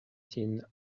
tin